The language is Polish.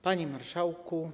Panie Marszałku!